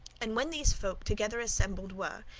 and when these folk together assembled were,